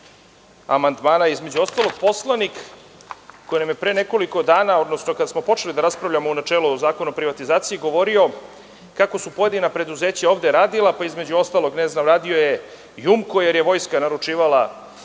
amandmana, između ostalog poslanik koji nam je pre nekoliko dana, odnosno kada smo počeli da raspravljamo u načelu o Zakonu o privatizaciji, govorio kako su pojedina preduzeća ovde radila, između ostalog radio je „Jumko“ jer je vojska naručivala